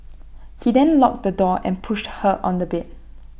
he then locked the door and pushed her on the bed